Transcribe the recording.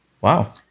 wow